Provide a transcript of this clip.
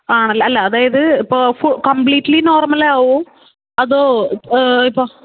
ആണല്ലേ അല്ല അതായത് ഇപ്പോൾ കംപ്ലീറ്റ്ലി നോർമൽ ആകുമോ അതോ ഇപ്പോൾ